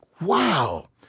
wow